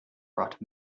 brought